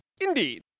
Indeed